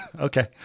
Okay